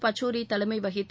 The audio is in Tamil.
பச்சோரி தலைமை வகித்த